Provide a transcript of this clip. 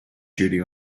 duty